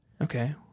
Okay